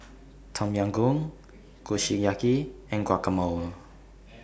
Tom Yam Goong Kushiyaki and Guacamole